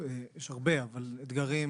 או בתוך האוכלוסייה